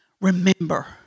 remember